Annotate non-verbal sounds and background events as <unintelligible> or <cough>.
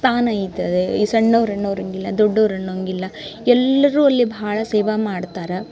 ಸ್ಥಾನ <unintelligible> ಈ ಸಣ್ಣೋರು ಅನ್ನೋರಂಗಿಲ್ಲ ದೊಡ್ಡೋರು ಅನ್ನೊಂಗಿಲ್ಲ ಎಲ್ಲರೂ ಅಲ್ಲಿ ಭಾಳ ಸೇವೆ ಮಾಡ್ತಾರೆ